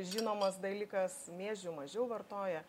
žinomas dalykas miežių mažiau vartoja